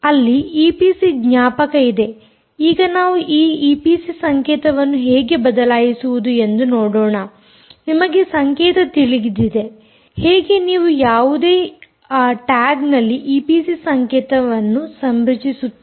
ಅಲ್ಲಿ ಈಪಿಸಿ ಜ್ಞಾಪಕ ಇದೆ ಮತ್ತು ಈಗ ನಾವು ಈ ಈಪಿಸಿ ಸಂಕೇತವನ್ನು ಹೇಗೆ ಬದಲಾಯಿಸುವುದು ಎಂದು ನೋಡೋಣ ನಿಮಗೆ ಸಂಕೇತ ತಿಳಿದಿದೆ ಹೇಗೆ ನೀವು ಯಾವುದೇ ಆ ಟ್ಯಾಗ್ನಲ್ಲಿ ಈಪಿಸಿ ಸಂಕೇತವನ್ನು ಸಂರಚಿಸುತ್ತೀರಿ